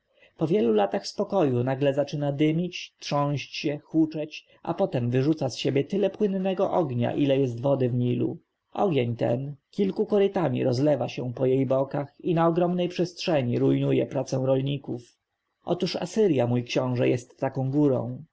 po wielu latach spokoju nagle zaczyna dymić trząść się huczeć a potem wyrzuca z siebie tyle płynnego ognia ile jest wody w nilu ogień ten kilkoma korytami rozlewa się po jej bokach i na ogromnej przestrzeni rujnuje pracę rolników otóż asyrja mój książę jest taką górą